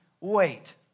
wait